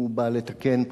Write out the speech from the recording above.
הוא בא לתקן,